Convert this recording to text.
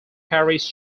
parish